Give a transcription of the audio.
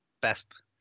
best